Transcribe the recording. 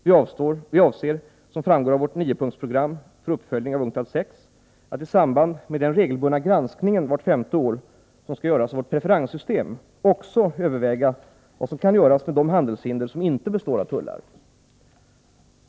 Vi avser, som framgår av vårt niopunktsprogram för uppföljning av UNCTAD VI, att i samband med den regelbundna granskningen vart femte år som skall göras av vårt preferenssystem, också överväga vad som kan göras med de handelshinder som inte består av tullar.